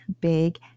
big